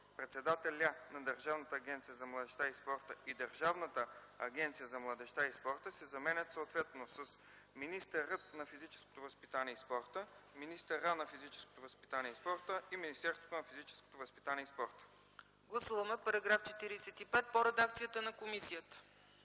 „председателя на Държавната агенция за младежта и спорта” и „Държавната агенция за младежта и спорта” се заменят съответно с „министърът на физическото възпитание и спорта”, „министъра на физическото възпитание и спорта”, „Министерството на физическото възпитание и спорта”.” ПРЕДСЕДАТЕЛ ЦЕЦКА ЦАЧЕВА: Гласуваме § 45 по редакцията на комисията.